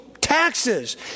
taxes